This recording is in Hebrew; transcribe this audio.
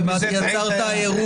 לא ארגנטינה.